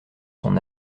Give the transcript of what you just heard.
son